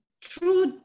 true